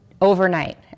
overnight